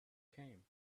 came